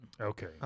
Okay